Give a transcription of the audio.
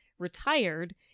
retired